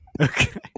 Okay